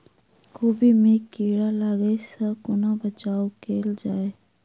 कोबी मे कीड़ा लागै सअ कोना बचाऊ कैल जाएँ?